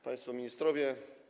Państwo Ministrowie!